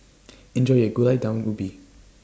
Enjoy your Gulai Daun Ubi